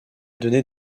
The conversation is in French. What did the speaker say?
donné